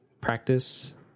Practice